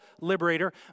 liberator